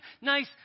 nice